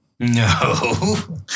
No